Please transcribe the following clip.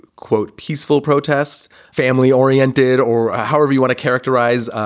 quote, peaceful protests, family oriented, or however you want to characterize.